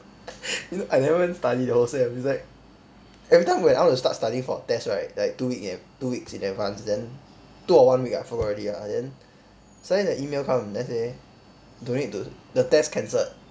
you know I never even study the whole sem it's like every time when I want to start studying for test right like two week in two weeks in advance then two or one week ah I forgot already ah then suddenly the email come then say don't need to the test cancelled